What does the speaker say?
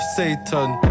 satan